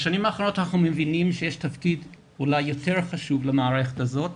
בשנים האחרונות אנחנו מבינים שיש תפקיד אולי יותר חשוב למערכת הזאת,